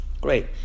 Great